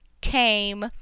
came